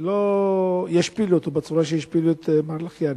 לא ישפילו אותו בצורה שהשפילו את מר לחיאני.